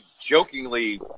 jokingly